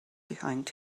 behind